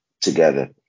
together